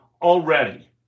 already